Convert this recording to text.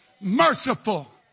merciful